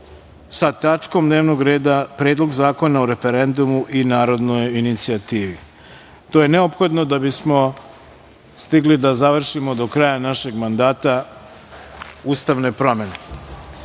sa tačkom dnevnog reda – Predlog zakona o referendumu i narodnoj inicijativi. To je neophodno da bismo stigli da završimo do kraja našeg mandata ustavne promene. Pošto